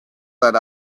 that